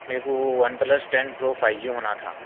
میرے کو one plus ten pro five G ہونا تھا